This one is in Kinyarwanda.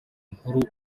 nkuru